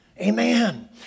Amen